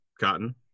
cotton